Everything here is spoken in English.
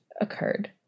occurred